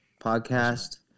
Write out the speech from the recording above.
Podcast